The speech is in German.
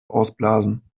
ausblasen